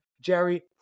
Jerry